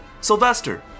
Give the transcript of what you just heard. Sylvester